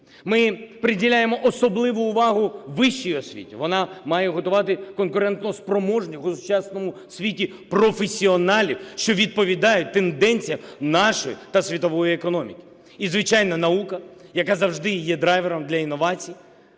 Ми приділяємо особливу увагу вищій освіті. Вона має готувати конкурентоспроможних в сучасному світі професіоналів, що відповідають тенденціям нашої та світової економіки. І, звичайно, наука, яка завжди є драйвером для інновацій,